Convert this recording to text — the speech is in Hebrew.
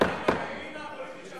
אדוני היושב-ראש,